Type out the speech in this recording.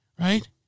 Right